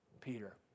Peter